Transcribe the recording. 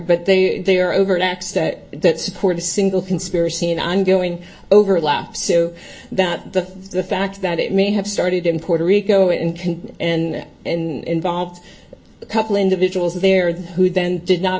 but they they are overt acts that that support a single conspiracy and i'm going overlap so that the the fact that it may have started in puerto rico and can and and volved a couple individuals there who then did not